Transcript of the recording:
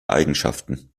eigenschaften